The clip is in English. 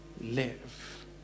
live